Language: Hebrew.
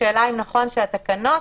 השאלה אם נכון שהתקנות